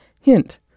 Hint